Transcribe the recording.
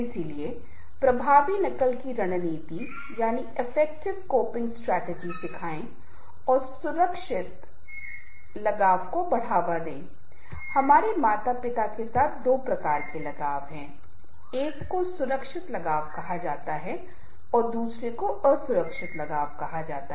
इसलिए प्रभावी नकल की रणनीति सिखाएं और सुरक्षित लगाव को बढ़ावा दें हमारे माता पिता के साथ दो प्रकार के लगाव हैं एक को सुरक्षित लगाव कहा जाता है और दूसरे को असुरक्षित लगाव कहा जाता है